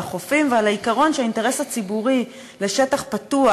על החופים ועל העיקרון שהאינטרס הציבורי לשטח פתוח